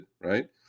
right